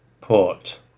port